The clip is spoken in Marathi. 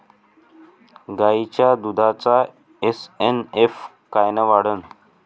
गायीच्या दुधाचा एस.एन.एफ कायनं वाढन?